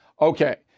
Okay